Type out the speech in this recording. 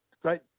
Great